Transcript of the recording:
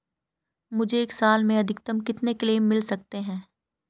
मुझे एक साल में अधिकतम कितने क्लेम मिल सकते हैं?